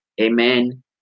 Amen